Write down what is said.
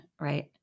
right